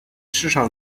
市场